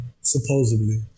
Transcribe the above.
Supposedly